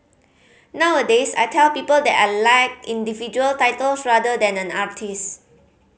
nowadays I tell people that I like individual titles rather than an artist